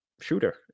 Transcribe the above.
shooter